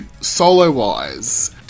Solo-wise